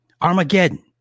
Armageddon